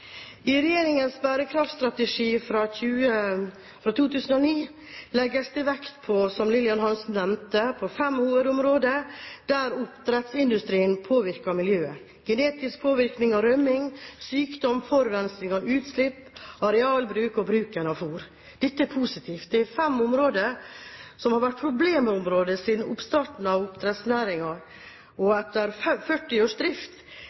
I regjeringens bærekraftstrategi fra 2009 legges det vekt på, slik Lillian Hansen nevnte, fem hovedområder der oppdrettsindustrien påvirker miljøet: genetisk påvirkning på grunn av rømming, sykdom, forurensning og utslipp, arealbruk og fôrressurser. Dette er positivt. Det er fem områder som har vært problemområder siden oppstarten av oppdrettsnæringen, og etter 40 års drift